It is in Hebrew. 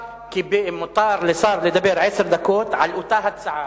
מותר לשר לדבר עשר דקות, על אותה הצעה.